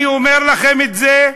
אני אומר לכם את זה: